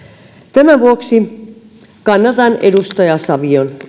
tämän vuoksi kannatan edustaja savion